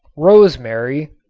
rosemary,